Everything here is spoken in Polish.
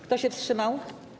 Kto się wstrzymał?